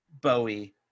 Bowie